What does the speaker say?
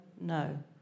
no